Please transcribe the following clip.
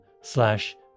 slash